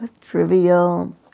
trivial